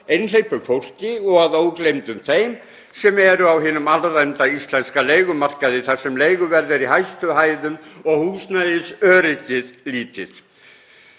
einhleypu fólki, að ógleymdum þeim sem eru á hinum alræmda íslenska leigumarkaði þar sem leiguverð er í hæstu hæðum og húsnæðisöryggið lítið.